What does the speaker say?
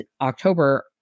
october